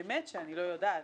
באמת שאני לא יודעת.